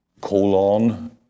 colon